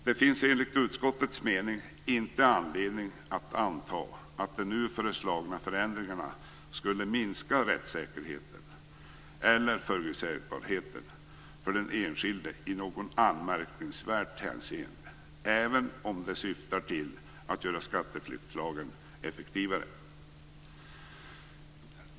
Det finns enligt utskottets mening inte anledning att anta att de nu föreslagna förändringarna skulle minska rättssäkerheten eller förutsägbarheten för den enskilde i något anmärkningsvärt hänseende, även om de syftar till att göra skatteflyktslagen effektivare.